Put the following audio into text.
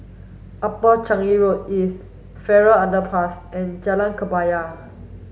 Upper Changi Road East Farrer Underpass and Jalan Kebaya